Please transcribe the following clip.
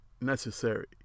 necessary